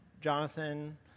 Jonathan